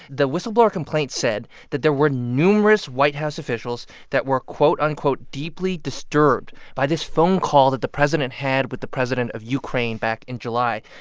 the whistleblower complaint said that there were numerous white house officials that were, quote-unquote, deeply disturbed by this phone call that the president had with the president of ukraine back in july.